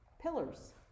pillars